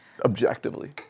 Objectively